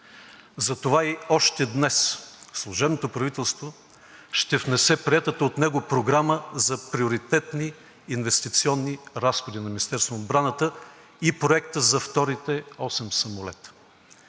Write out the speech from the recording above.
Затова още днес служебното правителство ще внесе приетата от него Програма за приоритетни инвестиционни разходи на Министерството на отбраната и Проекта